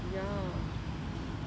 ya lah